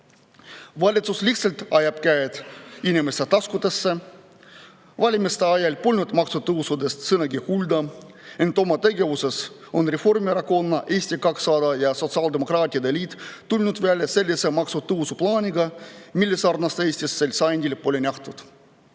Valitsus lihtsalt ajab käed inimeste taskusse. Valimiste ajal polnud maksutõusudest sõnagi kuulda, ent oma tegevuses on Reformierakonna, Eesti 200 ja sotsiaaldemokraatide liit tulnud välja sellise maksutõusu plaaniga, mille sarnast pole sel sajandil Eestis nähtud.